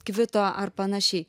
kvito ar panašiai